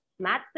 math